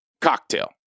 cocktail